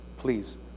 Please